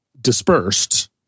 dispersed